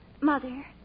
Mother